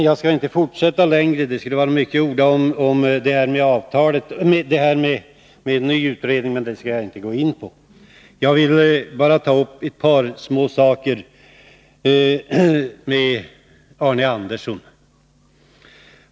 Jag skall inte fortsätta så mycket längre, även om jag skulle kunna orda en hel del om den nya utredningen. Jag vill bara ta upp ett par småsaker med Arne Andersson i Ljung.